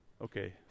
okay